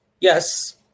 Yes